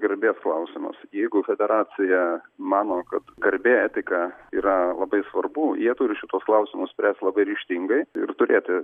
garbės klausimas jeigu federacija mano kad garbė etika yra labai svarbu jie turi šituos klausimus spręst labai ryžtingai ir turėti